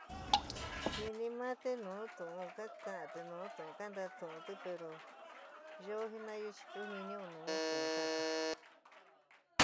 Jinitɨ maátɨ nu tuún ka ka'antɨ, nuú tuún ka ntatuúntɨ pero yo jina'ayo chi tu jin'ió nu tuún kaántɨ.